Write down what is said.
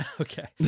Okay